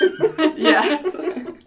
yes